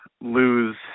lose